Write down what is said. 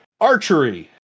archery